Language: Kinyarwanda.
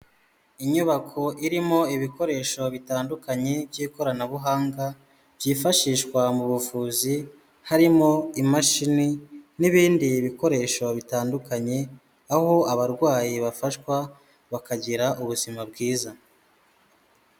Inyubako irimo ibikoresho bitandukanye by'ikoranabuhanga, byifashishwa mu buvuzi, harimo imashini, n'ibindi bikoresho bitandukanye, aho abarwayi bafashwa, bakagira ubuzima bwiza.